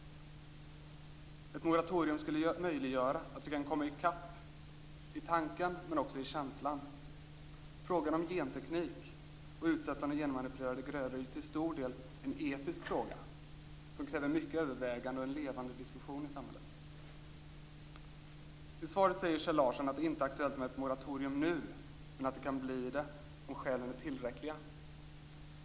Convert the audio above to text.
Ett moratorium skulle möjliggöra att vi kan komma i kapp i tanken men också i känslan. Frågan om genteknik och utsättande av genmanipulerade grödor är till stor del en etisk fråga, som kräver mycket övervägande och en levande diskussion i samhället. I svaret säger Kjell Larsson att det inte är aktuellt med ett moratorium nu, men det kan bli det om skälen är tillräckliga.